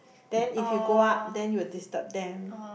then if you go up then you will disturb them